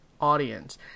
audience